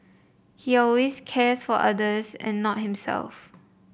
he always cares for others and not himself